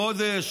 חודש,